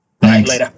Thanks